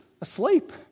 Asleep